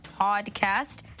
podcast